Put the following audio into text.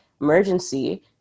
emergency